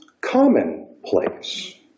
commonplace